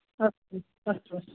अस्तु अस्तु अस्तु